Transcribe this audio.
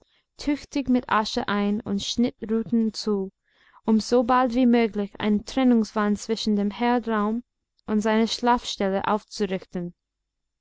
tüchtig mit asche ein und schnitt ruten zu um so bald wie möglich eine trennungswand zwischen dem herdraum und seiner schlafstelle aufzurichten